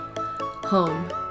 Home